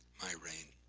my rain,